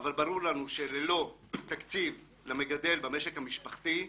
אבל ברור לנו שללא תקציב למגדל במשק המשפחתי,